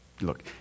Look